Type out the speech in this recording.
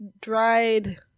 dried